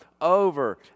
over